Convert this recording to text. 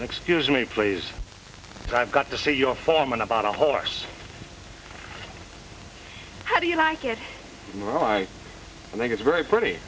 excuse me please i've got to see your foreman about a horse how do you like it more i think it's very pretty